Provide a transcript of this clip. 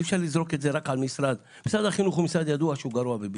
משרד החינוך ידוע שגרוע בביצוע.